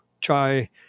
try